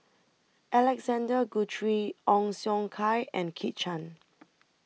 Alexander Guthrie Ong Siong Kai and Kit Chan